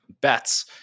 bets